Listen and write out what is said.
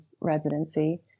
residency